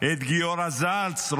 את גיורא זלץ,